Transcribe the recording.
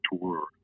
tour